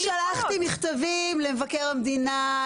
אני שלחתי מכתבים למבקר המדינה,